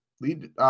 Lead